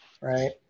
right